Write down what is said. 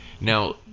Now